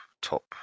top